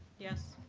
yes.